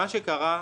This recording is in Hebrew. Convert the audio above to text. מה שקרה,